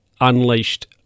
unleashed